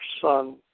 son